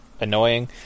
annoying